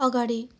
अगाडि